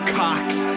cocks